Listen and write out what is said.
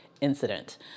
incident